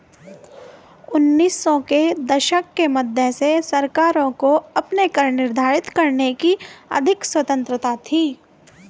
उन्नीस सौ के दशक के मध्य से सरकारों को अपने कर निर्धारित करने की अधिक स्वतंत्रता थी